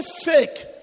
fake